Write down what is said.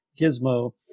gizmo